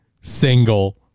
single